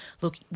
look